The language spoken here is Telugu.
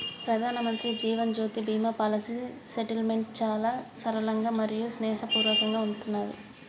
ప్రధానమంత్రి జీవన్ జ్యోతి బీమా పాలసీ సెటిల్మెంట్ చాలా సరళంగా మరియు స్నేహపూర్వకంగా ఉంటున్నాది